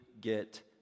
get